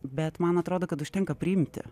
bet man atrodo kad užtenka priimti